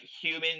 human